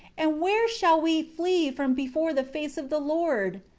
and where shall we flee from before the face of the lord?